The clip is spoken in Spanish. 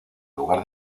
lugar